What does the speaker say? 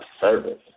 service